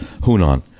Hunan